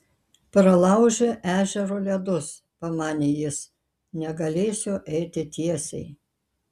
pralaužė ežero ledus pamanė jis negalėsiu eiti tiesiai